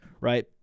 right